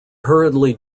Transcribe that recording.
hurriedly